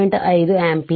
5 ampere